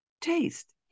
taste